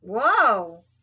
Whoa